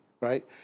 right